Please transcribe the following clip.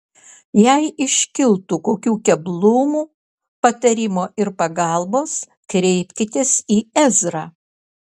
jei iškiltų kokių keblumų patarimo ir pagalbos kreipkitės į ezrą